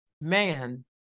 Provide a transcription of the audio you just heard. man